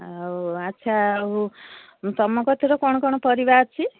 ଆଉ ଆଚ୍ଛା ଆଉ ତମ କତିରେ କ'ଣ କ'ଣ ପରିବା ଅଛି